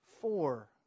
four